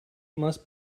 must